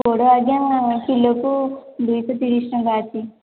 ପୋଡ଼ ଆଜ୍ଞା କିଲୋକୁ ଦୁଇ ଶହ ତିରିଶ ଟଙ୍କା ଅଛି